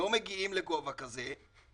לא מגיעים לגובה כזה.